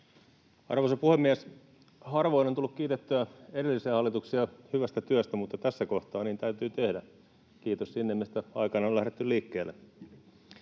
Arvoisa puhemies! Harvoin on tullut kiitettyä edellisiä hallituksia hyvästä työstä, mutta tässä kohtaa niin täytyy tehdä — kiitos sinne, mistä aikanaan on lähdetty liikkeelle.